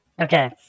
Okay